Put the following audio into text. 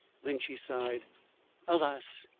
then she sighed alas!